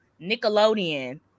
Nickelodeon